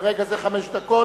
מרגע זה חמש דקות,